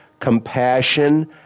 Compassion